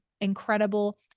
incredible